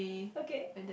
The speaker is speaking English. okay